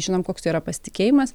žinom koks yra pasitikėjimas